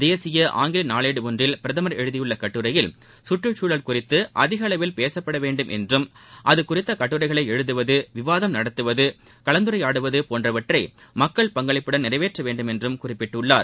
தேசிய ஆங்கில நாளேடு ஒன்றில் பிரதமர் எழுதியுள்ள கட்டுரையில் சுற்றுச்சூழல் குறித்து அதிக அளவில் பேசப்படவேண்டும் என்றும் அது குறித்த கட்டுரைகளை எழுதுவது விவாதம் நடத்துவது கலந்துரையாடுவது போன்றவற்றை மக்கள் பங்களிப்புடன் நிறைவேற்றவேண்டும் என்றும் குறிப்பிட்டுள்ளார்